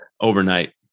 overnight